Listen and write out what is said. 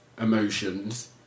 emotions